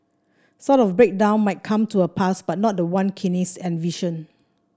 sort of breakdown might come to pass but not the one Keynes envisioned